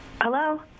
Hello